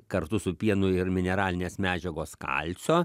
kartu su pienu ir mineralinės medžiagos kalcio